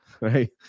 right